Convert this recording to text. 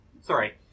Sorry